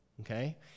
okay